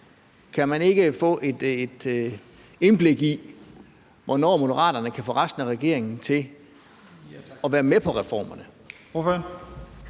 Kan man ikke få et indblik i, hvornår Moderaterne kan få resten af regeringen til at være med på reformerne?